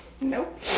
Nope